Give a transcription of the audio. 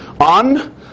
on